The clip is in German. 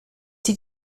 sie